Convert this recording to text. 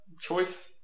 choice